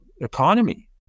economy